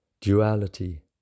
duality